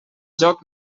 joc